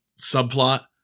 subplot